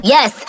Yes